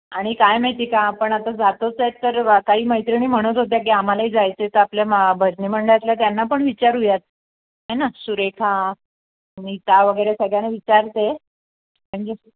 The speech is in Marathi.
आणि काय माहिती का आपण आता जातोच आहोत तर वा काही मैत्रिणी म्हणत होत्या की आम्हालाही जायचे तर आपल्या मा भजनी मंडळातल्या त्यांना पण विचारूयात है ना सुरेखा मीता वगैरे सगळ्यांना विचारते म्हणजे